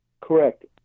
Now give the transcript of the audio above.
Correct